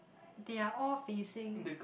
they are all facing